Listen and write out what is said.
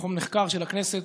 מרכז המחקר של הכנסת,